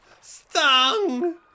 Stung